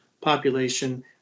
population